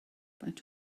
faint